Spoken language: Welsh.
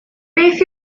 beth